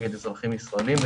נגד אזרחים ישראלים.